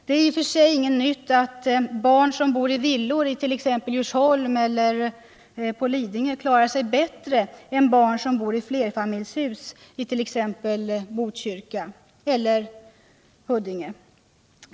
Det är i och för sig inget nytt att barn som bor i villor i t.ex. Djursholm eller Lidingö klarar sig bättre än barn som bor i flerfamiljshus i t.ex. Botkyrka eller Huddinge.